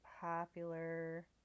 popular